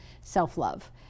self-love